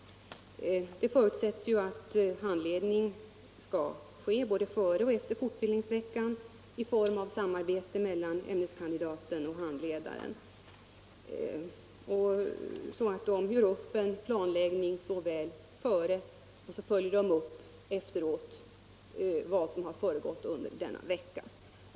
Det förutsätts att handledning skall ske både före och efter veckan i form av samarbete mellan lärarkandidaten och handledaren. De gör upp en planläggning före och följer efteråt upp vad som försiggått under denna vecka.